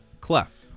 Clef